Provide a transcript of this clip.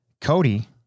Cody